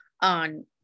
on